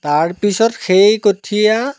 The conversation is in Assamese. তাৰ পিছত সেই কঠিয়া